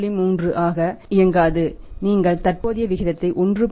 3 ஆக இயங்காது நீங்கள் தற்போதைய விகிதத்தை 1